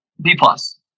B-plus